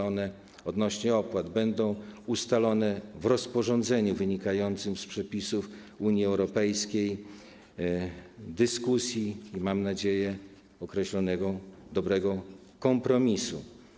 Odnośnie do opłat: będą one ustalone w rozporządzeniu wynikającym z przepisów Unii Europejskiej, wynikną z dyskusji i - mam nadzieję - z określonego dobrego kompromisu.